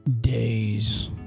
days